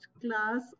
class